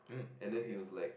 and then he was like